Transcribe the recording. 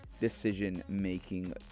decision-making